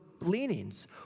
leanings